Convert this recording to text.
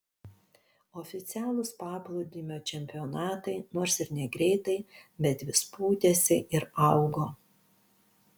oficialūs paplūdimio čempionatai nors ir negreitai bet vis pūtėsi ir augo